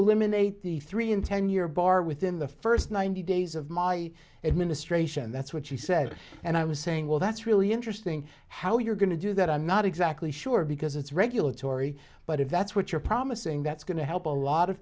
eliminate the three in ten year bar within the first ninety days of my administration that's what she said and i was saying well that's really interesting how you're going to do that i'm not exactly sure because it's regulatory but if that's what you're promising that's going to help a lot of